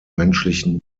menschlichen